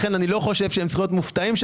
ולכן אני לא חושב שהם צריכים להיות מופתעים מכך